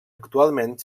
actualment